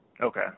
Okay